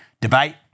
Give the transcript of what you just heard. debate